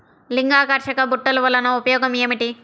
లింగాకర్షక బుట్టలు వలన ఉపయోగం ఏమిటి?